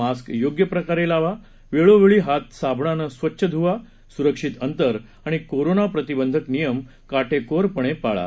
mask योग्य प्रकारे लावा वेळोवेळी हात साबणाने स्वच्छ धुवा सुरक्षित अंतर आणि कोरोना प्रतिबंधक नियम काटेकोरपणे पाळा